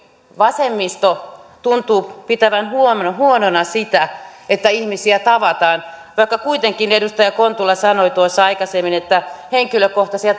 vasemmisto tuntuu pitävän huonona huonona sitä että ihmisiä tavataan vaikka kuitenkin edustaja kontula sanoi tuossa aikaisemmin että henkilökohtaisia